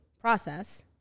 process